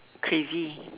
crazy